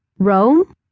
Rome